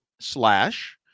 Slash